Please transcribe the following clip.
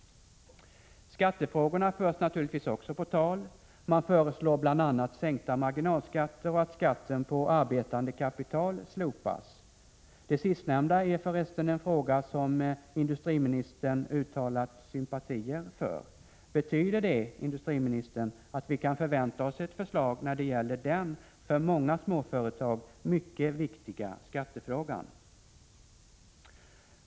Skattefrågorna förs naturligtvis också på tal. Man föreslår bl.a. sänkta marginalskatter och att skatten på arbetande kapital slopas. Det sistnämnda är för resten en fråga som industriministern uttalat sympatier för. Betyder det, industriministern, att vi kan förvänta oss ett förslag när det gäller den för många småföretag mycket viktiga skattefrågan?